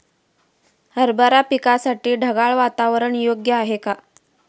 हरभरा पिकासाठी ढगाळ वातावरण योग्य आहे का?